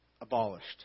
abolished